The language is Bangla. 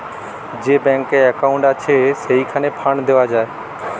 যে ব্যাংকে একউন্ট আছে, সেইখানে ফান্ড দেওয়া যায়